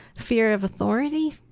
fear of authority.